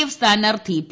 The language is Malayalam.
എഫ് സ്ഥാനാർത്ഥി പി